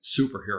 superhero